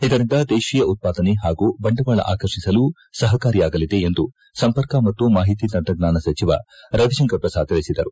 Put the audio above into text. ಇದರಿಂದ ದೇಶೀಯ ಉತ್ತಾದನೆ ಪಾಗೂ ಬಂಡವಾಳ ಆಕರ್ಷಿಸಲು ಸಪಕಾರಿಯಾಗಲಿದೆ ಎಂದು ಸಂಪರ್ಕ ಮತ್ತು ಮಾಹಿತಿ ತಂತ್ರಜ್ಞಾನ ಸಚಿವ ರವಿಶಂಕರ್ ಪ್ರಸಾದ್ ತಿಳಿಸಿದರು